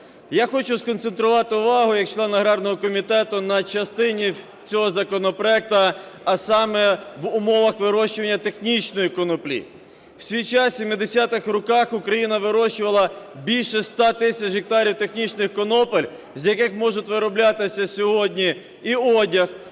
Я хочу сконцентрувати увагу як член аграрного комітету на частині цього законопроекту, а саме в умовах вирощування технічної коноплі. В свій час у 70-х роках Україна вирощувала більше 100 тисяч гектарів технічних конопель, з яких можуть вироблятися сьогодні і одяг,